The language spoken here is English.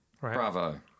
Bravo